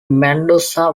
mendoza